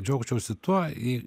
džiaugčiausi tuo jei